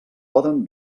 poden